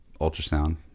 ultrasound